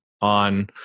on